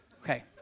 Okay